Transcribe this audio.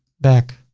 back,